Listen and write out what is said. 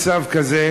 מכובדי השר,